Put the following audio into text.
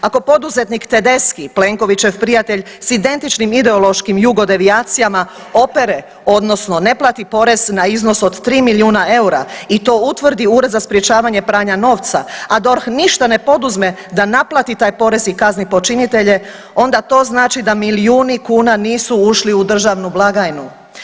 Ako poduzetnik Tedeschi, Plenkovićev prijatelj s identičnim ideološkim jugo-devijacijama opere odnosno ne plati porez na iznos od 3 milijuna eura i to utvrdi Ured za sprječavanje pranja novca a DORH ništa ne poduzme da naplati taj porez i kazni počinitelje, onda to znači da milijuni kuna nisu ušli u državnu blagajnu.